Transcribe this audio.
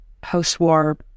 Post-war